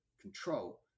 control